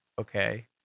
okay